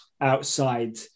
outside